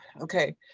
okay